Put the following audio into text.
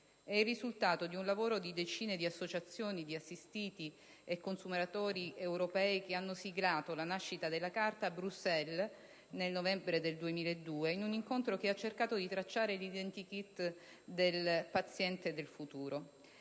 È il risultato di un lavoro di decine di associazioni di assistiti e consumatori europei che hanno siglato la nascita della Carta a Bruxelles nel novembre del 2002, in un incontro che ha cercato di tracciare l'identikit del paziente del futuro.